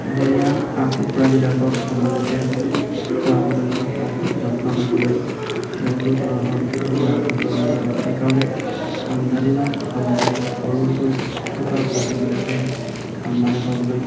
পোহনীয়া হাঁহ কুকুৰাবিলাকক সময়মতে খোৱাবলৈ বা যত্ন ল'বলৈ বহুতো ধৰণৰ সুবিধা ল'বলগীয়া হয় সেইকাৰণে ঠাণ্ডা দিনত ঠাণ্ডা নে সৰু হৈ থকা পোৱালীবিলাকে ঠাণ্ডা নাপাবলৈ